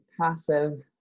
passive